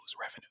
revenue